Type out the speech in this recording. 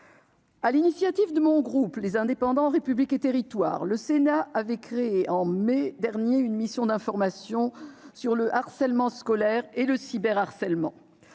l'initiative de mon groupe, Les Indépendants - République et Territoires, le Sénat a créé en mai dernier une mission d'information sur le harcèlement scolaire et le cyberharcèlement.